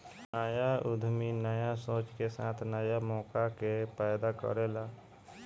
न्या उद्यमी न्या सोच के साथे न्या मौका के पैदा करेला